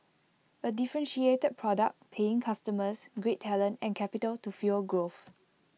A differentiated product paying customers great talent and capital to fuel growth